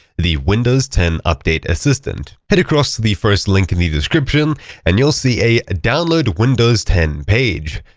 the windows ten update assistant. head across to the first link in the description and you'll see a download windows ten page.